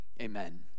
amen